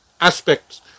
aspects